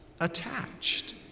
attached